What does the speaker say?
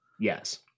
Yes